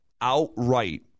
outright